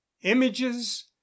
images